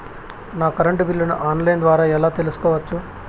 నా కరెంటు బిల్లులను online ద్వారా ఎలా తెలుసుకోవచ్చు?